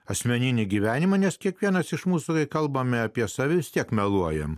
asmeninį gyvenimą nes kiekvienas iš mūsų kalbame apie save tiek meluojame